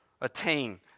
attain